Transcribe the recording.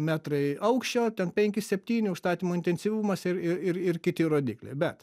metrai aukščio ten penki septyni užstatymo intensyvumas ir ir ir kiti rodikliai bet